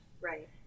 Right